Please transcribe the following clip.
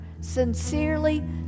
sincerely